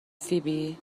فیبی